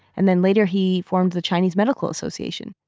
and then later he formed the chinese medical association.